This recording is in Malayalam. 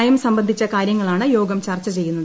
നയം സംബന്ധിച്ചു കാര്യങ്ങളാണ് യോഗം ചർച്ച ചെയ്യുന്നത്